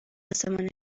آسمان